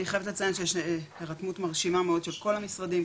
אני חייבת לציין שיש הרתמות מרשימה מאוד של כל המשרדים,